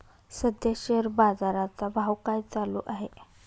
सध्या शेअर बाजारा चा भाव काय चालू आहे?